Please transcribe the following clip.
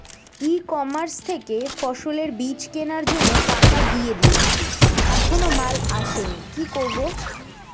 ই commerce থেকে ফসলের বীজ কেনার জন্য টাকা দিয়ে দিয়েছি এখনো মাল আসেনি কি করব?